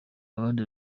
abandi